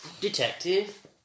Detective